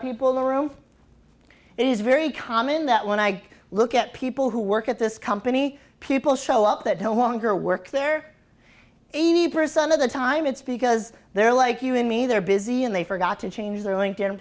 people in the room it is very common that when i look at people who work at this company people show up that hill longer work there eighty percent of the time it's because they're like you and me they're busy and they forgot to change their lin